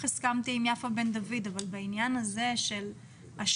הסכמתי עם יפה בן דוד אבל בעניין הזה של השיטור,